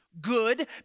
good